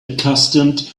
accustomed